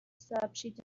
сообщить